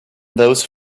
those